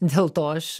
dėl to aš